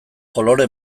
kolore